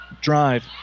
Drive